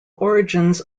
origins